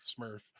smurf